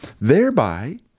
thereby